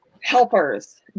helpers